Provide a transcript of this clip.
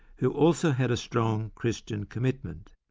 who also had a strong christian commitment.